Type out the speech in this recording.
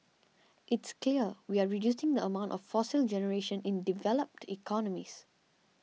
it's clear we're reducing the amount of fossil generation in developed economies